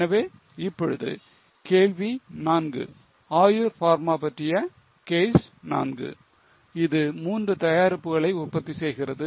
எனவே இப்பொழுது கேள்வி 4 Ayur Pharma பற்றிய கேஸ் 4 இது மூன்று தயாரிப்புகளை உற்பத்தி செய்கிறது